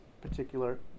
particular